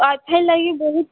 Y FI ଲାଗି ବହୁତ